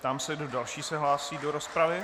Ptám se, kdo další se hlásí do rozpravy.